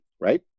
right